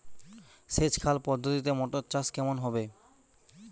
সেচ খাল পদ্ধতিতে মটর চাষ কেমন হবে?